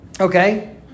Okay